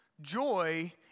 Joy